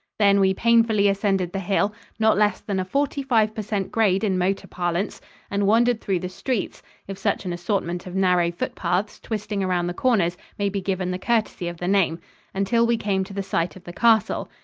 then we painfully ascended the hill not less than a forty-five per cent grade in motor parlance and wandered through the streets if such an assortment of narrow foot-paths, twisting around the corners, may be given the courtesy of the name until we came to the site of the castle.